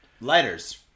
Lighters